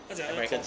他讲那个 com~